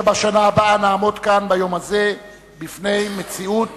שבשנה הבאה נעמוד כאן ביום הזה בפני מציאות